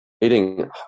eating